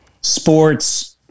sports